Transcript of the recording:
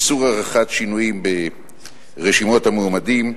איסור עריכת שינויים ברשימות המועמדים,